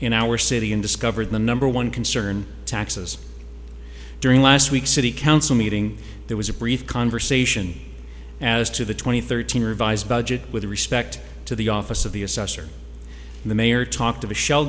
in our city and discovered the number one concern taxes during last week's city council meeting there was a brief conversation as to the two thousand and thirteen revised budget with respect to the office of the assessor the mayor talked of a shell